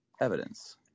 Evidence